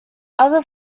other